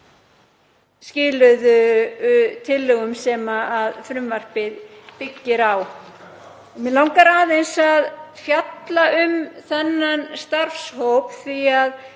skiluðu tillögum sem frumvarpið byggir á. Mig langar aðeins að fjalla um þann starfshóp því að